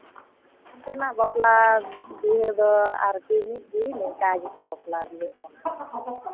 ᱚᱱᱛᱮᱱᱟᱜ ᱵᱟᱯᱞᱟ ᱵᱤᱦᱟᱹ ᱫᱚ ᱟᱨᱠᱤ ᱢᱤᱫᱜᱮ ᱱᱚᱝᱠᱟ ᱜᱮᱠᱚ ᱵᱟᱯᱞᱟ ᱵᱤᱦᱟᱹᱜ ᱠᱟᱱᱟ